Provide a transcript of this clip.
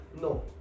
No